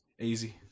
Easy